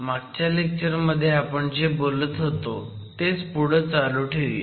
मागच्या लेक्चर मध्ये आपण जे बोलत होतो तेच पुढं चालू ठेवूया